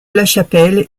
lachapelle